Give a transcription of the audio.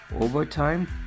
Overtime